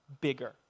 bigger